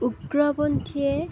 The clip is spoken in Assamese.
উগ্ৰপন্থীয়ে